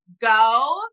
go